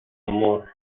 humor